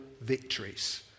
victories